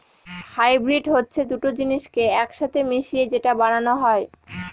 hybrid হচ্ছে দুটো জিনিসকে এক সাথে মিশিয়ে যেটা বানানো হয়